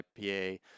IPA